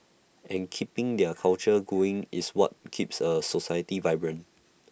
and keeping their culture going is what keeps A society vibrant